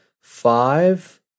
five